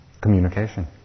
communication